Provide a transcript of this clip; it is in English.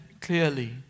clearly